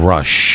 Rush